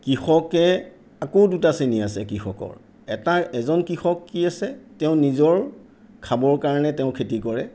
কৃষকে আকৌ দুটা শ্ৰেণী আছে কৃষকৰ এটা এজন কৃষক কি আছে তেওঁ নিজৰ তেওঁ খাবৰ কাৰণে তেওঁ খেতি কৰে